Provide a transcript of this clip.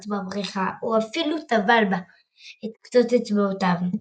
בברכה או אפלו טבל בה את קצות אצבעותיו.